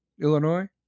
Illinois